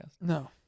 No